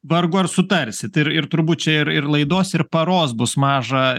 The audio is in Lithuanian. vargu ar sutarsit ir ir turbūt ir laidos ir paros bus maža